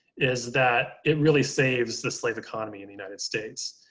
is that it really saves this slave economy in the united states.